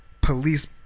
police